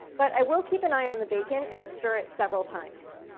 but i will keep an eye on the bacon and stir it several times.